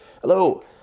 Hello